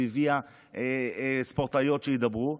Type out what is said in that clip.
והיא הביאה ספורטאיות שידברו.